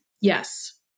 Yes